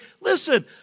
listen